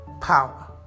power